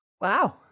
Wow